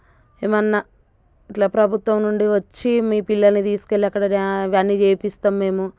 ఏమైనా ఇట్లా ప్రభుత్వం నుండి వచ్చి మీ పిల్లలని తీసుకెళ్ళి అక్కడ రా ఇవన్నీ చేపిస్తాము మేము